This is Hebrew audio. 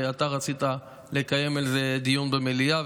ואתה רצית לקיים על זה דיון במליאה,